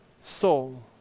soul